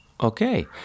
Okay